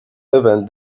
event